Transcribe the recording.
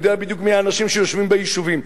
הוא יודע בדיוק מי האנשים שיושבים ביישובים.